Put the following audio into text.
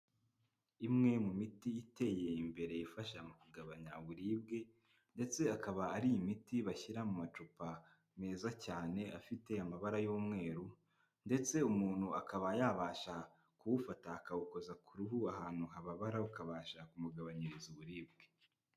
Imwe mu miti iteye imbere ifasha mu kugabanya uburibwe, ndetse akaba ari imiti bashyira mu macupa meza cyane, afite amabara y'umweru, ndetse umuntu akaba yabasha kuwufata akawukoza ku ruhu ahantu hababara, ukabasha kumugabanyiriza uburibwe.